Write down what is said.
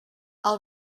i’ll